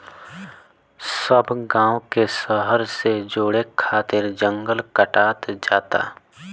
सब गांव के शहर से जोड़े खातिर जंगल कटात जाता